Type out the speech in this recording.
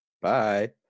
bye